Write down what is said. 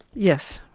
yes,